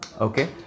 okay